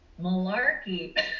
malarkey